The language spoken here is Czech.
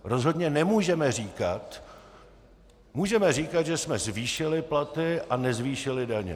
Rozhodně nemůžeme říkat můžeme říkat, že jsme zvýšili platy a nezvýšili daně.